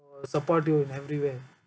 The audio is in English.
support you in every way